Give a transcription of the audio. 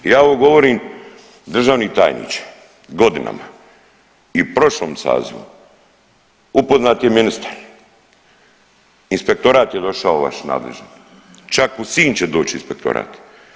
Ja ovo govorim državni tajniče godinama i u prošlom sazivu, upoznat je ministar, inspektorat je došao vaš nadležni, čak u Sinj će doć inspektorat.